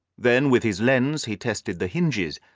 then with his lens he tested the hinges,